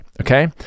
okay